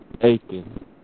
aching